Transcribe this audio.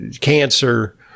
cancer